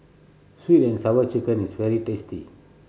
Sweet And Sour Chicken is very tasty